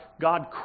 God